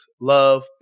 love